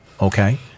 Okay